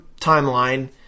timeline